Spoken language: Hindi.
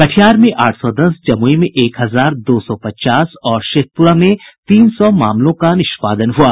कटिहार में आठ सौ दस जमुई में एक हजार दो सौ पचास और शेखपुरा में तीन सौ मामलों का निष्पादन किया गया